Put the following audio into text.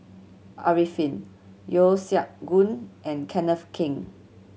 Arifin Yeo Siak Goon and Kenneth Keng